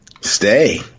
Stay